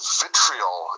vitriol